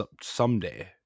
someday